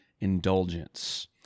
indulgence